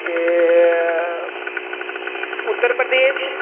ते उत्तर प्रदेश